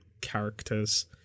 characters